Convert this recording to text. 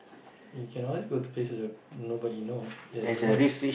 you can always go to places where nobody knows there's a lot of